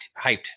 hyped